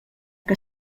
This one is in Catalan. que